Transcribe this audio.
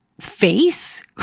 face